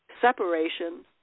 separation